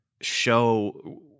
show